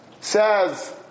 says